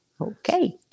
Okay